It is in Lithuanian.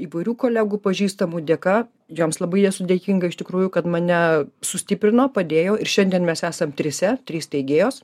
įvairių kolegų pažįstamų dėka joms labai esu dėkinga iš tikrųjų kad mane sustiprino padėjo ir šiandien mes esam trise trys steigėjos